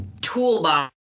toolbox